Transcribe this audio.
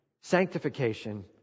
sanctification